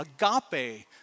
agape